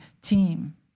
team